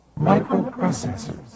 microprocessors